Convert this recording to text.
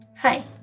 Hi